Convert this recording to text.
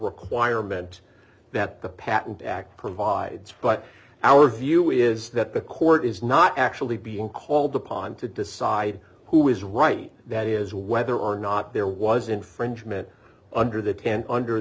requirement that the patent act provides but our view is that the court is not actually being called upon to decide who is right that is whether or not there was infringement under the tent under